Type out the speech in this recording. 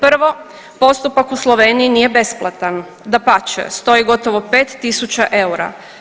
Prvo postupak u Sloveniji nije besplatan, dapače stoji gotovo 5.000 eura.